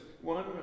one